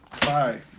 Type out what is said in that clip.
Bye